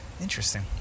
interesting